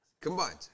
Combined